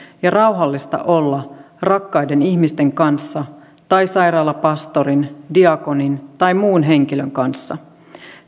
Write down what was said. ja rauhallista olla rakkaiden ihmisten kanssa tai sairaalapastorin diakonin tai muun henkilön kanssa